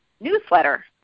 newsletter